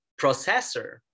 processor